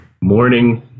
Morning